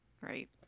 Right